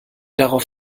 darauf